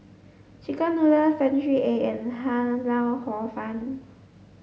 chicken noodles century egg and Ham Lau Hor fun